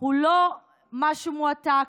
הוא לא משהו מועתק,